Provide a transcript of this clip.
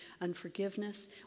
unforgiveness